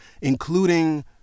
including